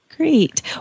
Great